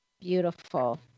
Beautiful